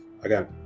again